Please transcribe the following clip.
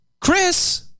Chris